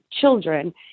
children